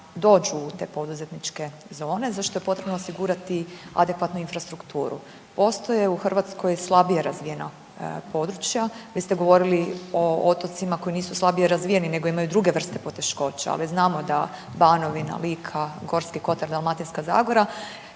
dođu u te poduzetničke zone za što je potrebno osigurati adekvatnu infrastrukturu. Postoje u Hrvatskoj slabije razvijena područja. Vi ste govorili o otocima koji nisu slabije razvijeni nego imaju druge vrste poteškoća, ali znamo da Banovina, Lika, Gorski Kotar, Dalmatinska zagora